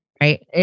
right